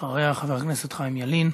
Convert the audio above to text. אחריה, חבר הכנסת חיים ילין.